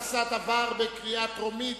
התשס"ט 2009,